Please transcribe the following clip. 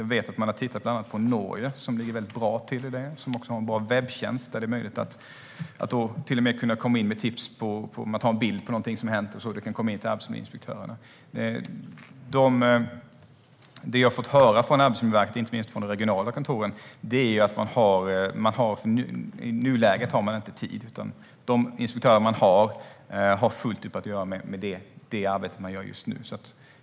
Jag vet att man bland annat har tittat på Norge, som ligger väldigt bra till i det arbetet. Det finns en bra webbtjänst där det är möjligt att komma in med tips. Det går till och med att ta en bild på någonting som hänt så att det kommer in till arbetsmiljöinspektörerna. Det jag har fått höra från Arbetsmiljöverket, inte minst från de regionala kontoren, är att i nuläget har man inte tid. De inspektörer man har har fullt upp med det arbete man gör just nu.